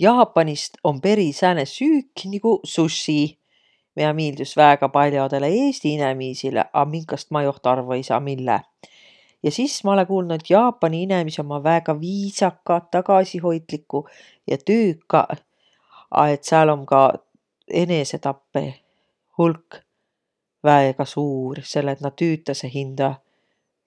Jaapanist om peri sääne süük, nigu sushi, miä miildüs väega pall'odõlõ eesti inemiisile, a minkast ma joht arvo ei saaq, mille. Ja sis ma olõ kuuldnuq, et Jaapani inemiseq ommaq väega viisakaq, tagasihoitliguq, tüükaq, a et sääl om ka enesetappõ hulk väega suur, selle et nä tüütäseq hindä